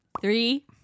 Three